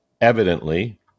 evidently